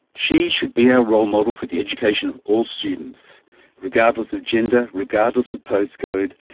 she should be our role model for the education of all students regardless of gender, regardless of postcode,